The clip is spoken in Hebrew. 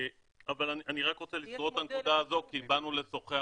אני רק רוצה לחרוג בנקודה הזאת כי באנו לשוחח